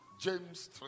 James